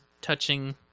touching